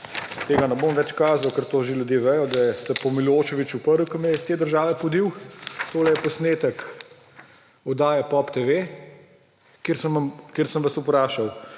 tega ne bom več kazal, ker to ljudje že vedo, da ste po Miloševiću prvi, ki me je iz te države podil. Tole je posnetek oddaje POP TV, kjer sem vas vprašal